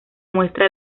muestra